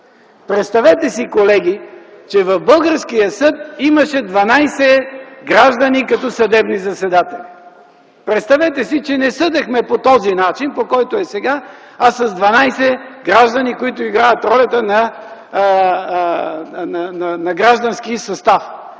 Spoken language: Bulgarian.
Представете си, че в българския съд имаше дванадесет граждани като съдебни заседатели. Представете си, че не съдехме по този начин, по който е сега, а с дванадесет граждани, които играят ролята на граждански състав